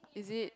is it